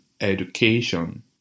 education